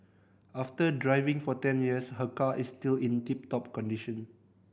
after driving for ten years her car is still in tip top condition